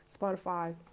spotify